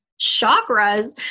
chakras